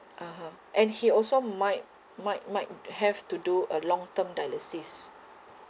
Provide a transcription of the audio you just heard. (uh huh) and he also might might might have to do a long term dialysis